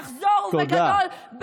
נחזור ובגדול,